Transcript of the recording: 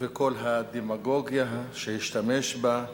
וכל הדמגוגיה שהוא השתמש בה,